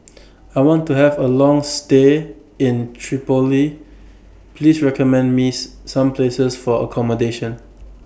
I want to Have A Long stay in Tripoli Please recommend Miss Some Places For accommodation